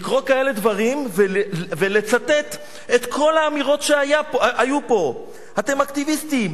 לקרוא כאלה דברים ולצטט את כל האמירות שהיו פה: אתם אקטיביסטים,